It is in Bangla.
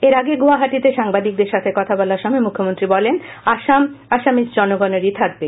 এর আগে গুয়াহাটিতে সাংবাদিকদের সাথে কথা বলার সময় মুখ্যমন্ত্রী বলেন যে আসাম আসামীজ জনগণেরই থাকবে